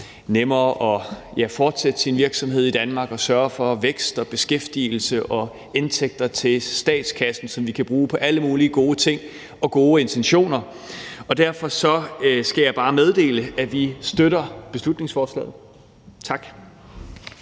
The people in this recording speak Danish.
nemmere at, ja, fortsætte sin virksomhed i Danmark og sørge for vækst og beskæftigelse og indtægter til statskassen, som vi kan bruge på alle mulige gode ting og gode intentioner. Derfor skal jeg bare meddele, at vi støtter beslutningsforslaget. Tak.